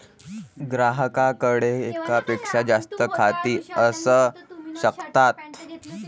ग्राहकाकडे एकापेक्षा जास्त खाती असू शकतात